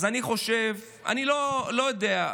אני לא יודע,